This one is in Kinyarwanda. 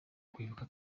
kwibuka